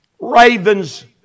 Ravens